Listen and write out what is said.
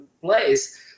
place